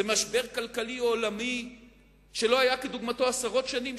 זה משבר כלכלי עולמי שלא היה כדוגמתו עשרות שנים,